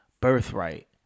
birthright